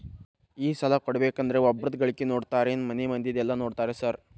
ಈ ಸಾಲ ಕೊಡ್ಬೇಕಂದ್ರೆ ಒಬ್ರದ ಗಳಿಕೆ ನೋಡ್ತೇರಾ ಏನ್ ಮನೆ ಮಂದಿದೆಲ್ಲ ನೋಡ್ತೇರಾ ಸಾರ್?